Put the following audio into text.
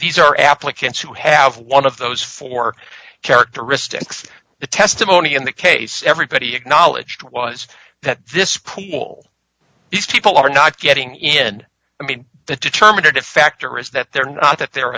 these are applicants who have one of those four characteristics the testimony in the case everybody acknowledged was that this pool these people are not getting in i mean that determinative factor is that they're not that they're